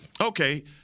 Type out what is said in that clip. okay